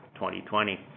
2020